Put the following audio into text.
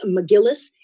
McGillis